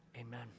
amen